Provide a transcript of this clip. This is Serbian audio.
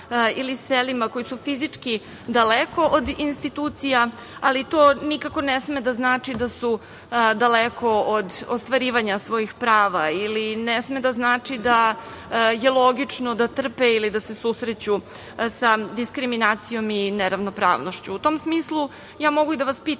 ili selima, koji su fizički daleko od institucija, ali to nikako ne sme da znači da su daleko od ostvarivanja svojih prava ili ne sme da znači da je logično da trpe ili da se susreću sa diskriminacijom i neravnopravnošću.U tom smislu, ja mogu i da vas pitam